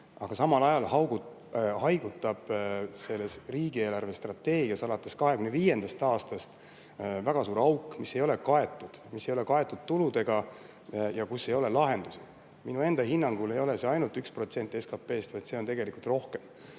Aga samal ajal haigutab riigi eelarvestrateegias alates 2025. aastast väga suur auk, mis ei ole kaetud tuludega ja [mille katmiseks] ei ole lahendusi. Minu enda hinnangul ei ole see ainult 1% SKP‑st, vaid see on tegelikult rohkem.